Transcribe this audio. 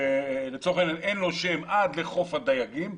שלצורך העניין אין לו שם עד לחוף הדייגים,